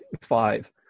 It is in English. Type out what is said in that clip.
five